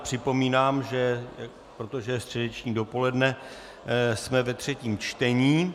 Připomínám, protože je středeční dopoledne, jsme ve třetím čtení.